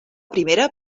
primera